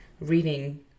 reading